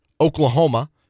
Oklahoma